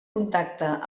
contacte